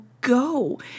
go